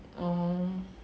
oh